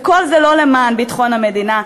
וכל זה לא למען ביטחון המדינה,